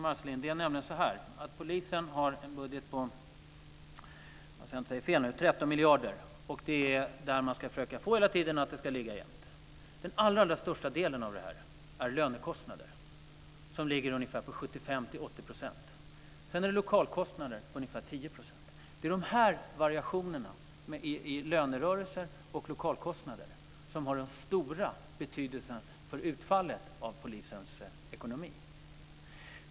Fru talman! Ragnwi Marcelind! Polisen har en budget på 13 miljarder. Man ska försöka få det att hela tiden ligga jämt. Den allra största delen av detta är lönekostnader. De ligger på 75-80 %. Sedan är det lokalkostnader på ungefär 10 %. Det är variationerna i lönerörelser och lokalkostnader som har den stora betydelsen för utfallet av polisens ekonomi.